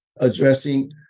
addressing